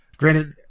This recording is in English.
Granted